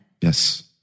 Yes